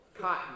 cotton